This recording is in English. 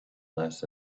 less